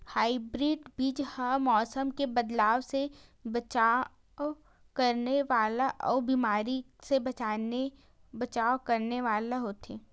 hybrid बीज हा मौसम मे बदलाव से बचाव करने वाला अउ बीमारी से बचाव करने वाला होथे